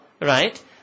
right